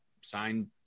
signed